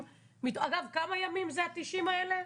אגב, כמה ימים זה ה-90 האלה?